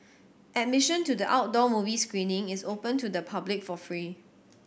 admission to the outdoor movie screening is open to the public for free